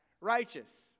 righteous